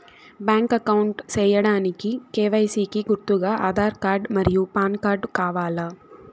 Bank account సేయడానికి KYC కి గుర్తుగా ఆధార్ కార్డ్ మరియు పాన్ కార్డ్ కావాలా?